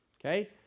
okay